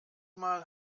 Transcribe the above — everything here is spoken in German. mal